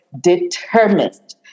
determined